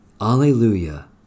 Alleluia